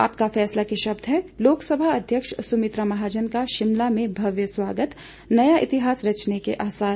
आपका फैसला के शब्द हैं लोकसभा अध्यक्ष सुमित्रा महाजन का शिमला में भव्य स्वागत नया इतिहास रचने के आसार